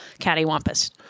cattywampus